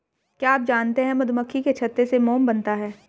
क्या आप जानते है मधुमक्खी के छत्ते से मोम बनता है